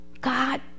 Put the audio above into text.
God